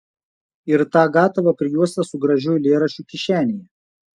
ir tą gatavą prijuostę su gražiu eilėraščiu kišenėje